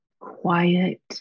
quiet